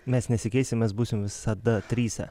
mes nesikeisim mes būsim visada trise